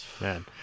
man